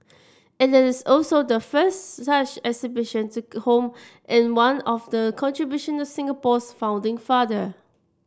end it's also the first such exhibition to home in of the contributions of Singapore's founding father